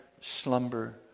slumber